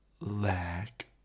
Lack